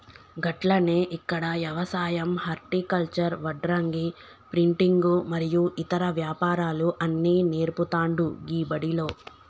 గట్లనే ఇక్కడ యవసాయం హర్టికల్చర్, వడ్రంగి, ప్రింటింగు మరియు ఇతర వ్యాపారాలు అన్ని నేర్పుతాండు గీ బడిలో